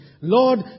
Lord